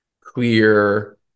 clear